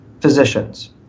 physicians